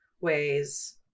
ways